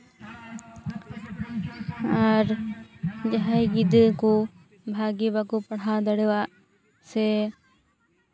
ᱟᱨ ᱡᱟᱦᱟᱸᱭ ᱜᱤᱫᱽᱨᱟᱹ ᱠᱚ ᱵᱷᱟᱹᱜᱤ ᱵᱟᱠᱚ ᱯᱟᱲᱦᱟᱣ ᱫᱟᱲᱮᱭᱟᱜ ᱥᱮ